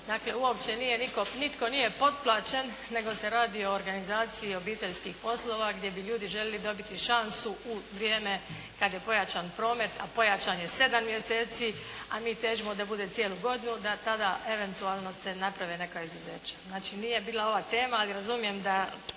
nije nitko, nitko nije potplaćen nego se radi o organizaciji obiteljskih poslova gdje bi ljudi željeli dobiti šansu u vrijeme kad je pojačan promet a pojačan je sedam mjeseci a mi težimo da bude cijelu godinu da tada eventualno se naprave neka izuzeća. Znači, nije bila ova tema ali razumijem da